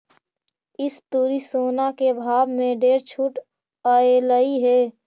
इस तुरी सोना के भाव में ढेर छूट अएलई हे